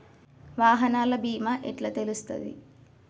వాహనాల బీమా ఎట్ల తెలుస్తది?